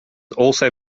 also